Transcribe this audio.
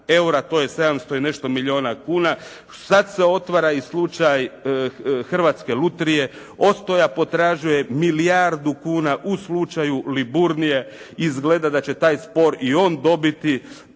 EUR-a, to je 700 i nešto milijuna kuna. Sad se otvara i slučaj Hrvatske lutrije. Ostoja potražuje milijardu kuna u slučaju Liburnije. Izgleda da će taj spor i on dobiti.